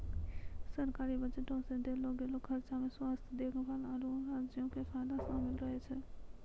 सरकारी बजटो मे देलो गेलो खर्चा मे स्वास्थ्य देखभाल, आरु राज्यो के फायदा शामिल रहै छै